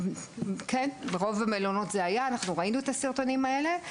זה היה ברוב המלונות, ראינו את הסרטונים האלה.